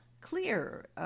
clear